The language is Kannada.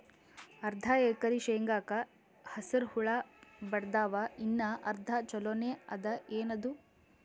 ಅರ್ಧ ಎಕರಿ ಶೇಂಗಾಕ ಹಸರ ಹುಳ ಬಡದಾವ, ಇನ್ನಾ ಅರ್ಧ ಛೊಲೋನೆ ಅದ, ಏನದು?